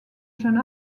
jeune